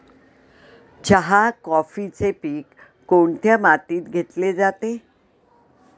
चहा, कॉफीचे पीक कोणत्या मातीत घेतले जाते?